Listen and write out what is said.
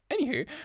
anywho